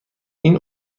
این